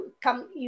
come